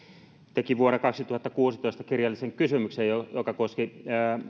teki vuonna kaksituhattakuusitoista kirjallisen kysymyksen joka joka koski